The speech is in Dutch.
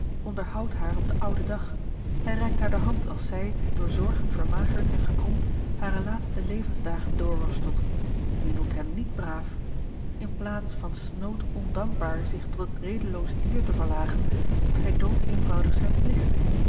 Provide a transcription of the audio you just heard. onderhoudt haar op den ouden dag hij reikt haar de hand als zij door zorgen vermagerd en gekromd hare laatste levensdagen doorworstelt wie noemt hem niet braaf in plaats van snood ondankbaar zich tot het redeloos dier te verlagen doet hij dood eenvoudig zijn pligt